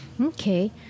Okay